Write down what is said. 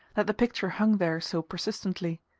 that the picture hung there so persistently.